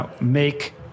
make